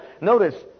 Notice